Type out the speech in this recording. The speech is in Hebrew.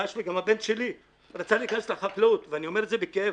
גם הבן שלי רצה להיכנס לחקלאות ואני אומר את זה בכאב,